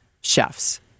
chefs